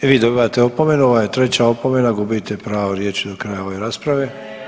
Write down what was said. I vi dobivate opomenu, ovo je treća opomena, gubite pravo riječi do kraja ove rasprave.